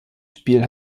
spiel